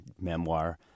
memoir